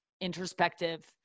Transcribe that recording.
introspective